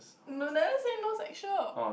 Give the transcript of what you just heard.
I never say no sexual